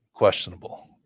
questionable